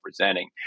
representing